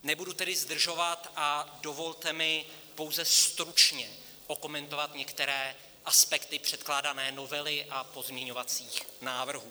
Nebudu tedy zdržovat a dovolte mi pouze stručně okomentovat některé aspekty předkládané novely a pozměňovacích návrhů.